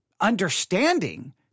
understanding